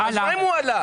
אז מה אם הוא עלה.